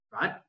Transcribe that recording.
right